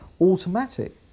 automatic